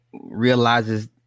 realizes